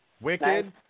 Wicked